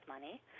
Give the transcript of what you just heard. money